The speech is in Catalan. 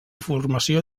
formació